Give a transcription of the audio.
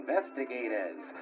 investigators